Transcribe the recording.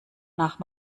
nach